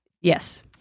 Yes